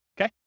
Okay